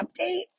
update